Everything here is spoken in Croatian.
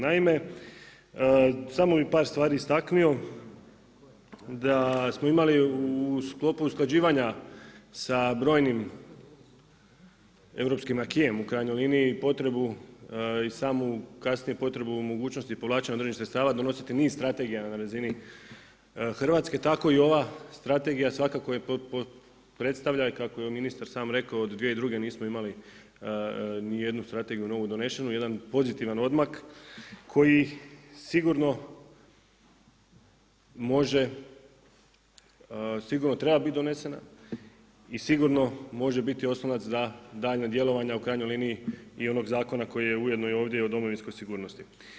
Naime, samo bih par stvari istaknuto da smo imali u sklopu usklađivanja sa brojnim europskim acquis u krajnjoj liniji potrebu i samu kasnije potrebu mogućnosti povlačenja određenih sredstva donositi niz strategija na razini Hrvatske, tako i ovaj strategija svakako je predstavlja i kako je ministar sam rekao od 2002. nismo imali nijednu strategiju novu donešenu, jedan pozitivan odmak koji sigurno može sigurno treba biti donesena i sigurno može biti oslonac za daljnja djelovanja u krajnjoj liniji i onog zakona koji je ujedno ovdje i o domovinskoj sigurnosti.